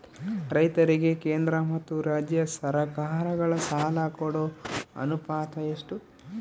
ರೈತರಿಗೆ ಕೇಂದ್ರ ಮತ್ತು ರಾಜ್ಯ ಸರಕಾರಗಳ ಸಾಲ ಕೊಡೋ ಅನುಪಾತ ಎಷ್ಟು?